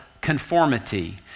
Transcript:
conformity